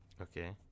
okay